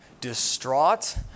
distraught